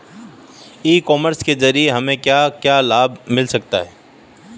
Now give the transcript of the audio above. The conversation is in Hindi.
ई कॉमर्स के ज़रिए हमें क्या क्या लाभ मिल सकता है?